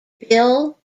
bill